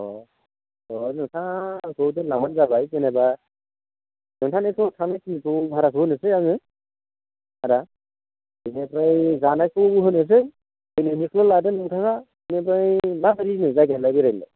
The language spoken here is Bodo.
अह बेवहाय नोंथाङा आंखौ दोनलांबानो जाबाय जेनेबा नोंथांनिखौ थांनायखिनिखौ भाराखौ होनोसै आङो आदा बेनिफ्राय जानायखौ होनोसै फैनायनिखौल' लादो नोंथाङा बेनिफ्राय माबायदिनो जायगायालाय बेरायनो